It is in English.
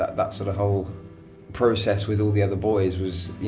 that sort of whole process with all the other boys, was, you